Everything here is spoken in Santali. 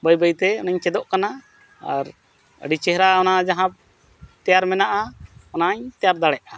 ᱵᱟᱹᱭ ᱵᱟᱹᱭᱛᱮ ᱚᱱᱟᱧ ᱪᱮᱫᱚᱜ ᱠᱟᱱᱟ ᱟᱨ ᱟᱹᱰᱤ ᱪᱮᱦᱨᱟ ᱚᱱᱟ ᱡᱟᱦᱟᱸ ᱛᱮᱭᱟᱨ ᱢᱮᱱᱟᱜᱼᱟ ᱚᱱᱟᱧ ᱛᱮᱭᱟᱨ ᱫᱟᱲᱮᱭᱟᱜᱼᱟ